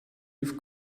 with